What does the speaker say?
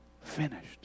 Finished